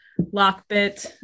Lockbit